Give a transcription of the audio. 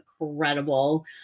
incredible